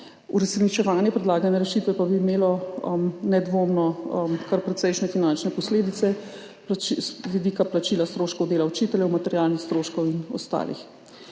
Uresničevanje predlagane rešitve pa bi imelo nedvomno kar precejšnje finančne posledice z vidika plačila stroškov dela učiteljev, materialnih stroškov in ostalih.